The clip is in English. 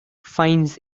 fines